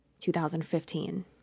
2015